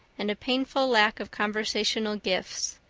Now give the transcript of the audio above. and a painful lack of conversational gifts.